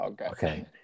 Okay